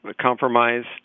compromised